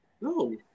No